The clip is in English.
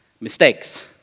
mistakes